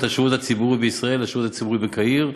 השירות הציבורי בישראל לשירות הציבורי בקהיר.